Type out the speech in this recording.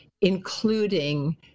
including